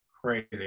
Crazy